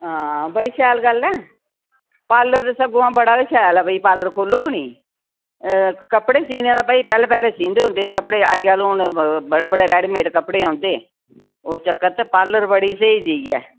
हां बड़ी शैल गल्ल ऐ पार्लर सगुआं बड़ा गै शैल ऐ पार्लर खुल्लग नी कपड़े सीने आह्ला पैह्ले पैह्ले सींदे हुन्दे हे कपड़े अज्जकल हून बड़े बड़े रेडीमेट कपडे ओंदे उस चक्कर च पार्लर बड़ी स्हेई चीज ऐ